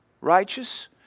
righteous